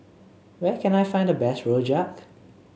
where can I find the best Rojak